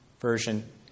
version